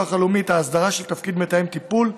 הלאומי את ההסדרה של תפקיד מתאם טיפול,